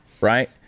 Right